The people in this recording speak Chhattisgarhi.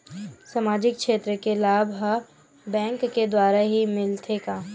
सामाजिक क्षेत्र के लाभ हा बैंक के द्वारा ही मिलथे का?